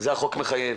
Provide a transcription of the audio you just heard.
ואת זה החוק מחייב.